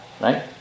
Right